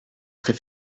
très